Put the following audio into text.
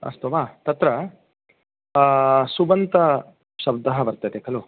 अस्तु वा तत्र सुबन्तशब्दः वर्तते खलु